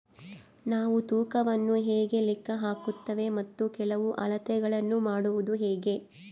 ನಾವು ತೂಕವನ್ನು ಹೇಗೆ ಲೆಕ್ಕ ಹಾಕುತ್ತೇವೆ ಮತ್ತು ಕೆಲವು ಅಳತೆಗಳನ್ನು ಮಾಡುವುದು ಹೇಗೆ?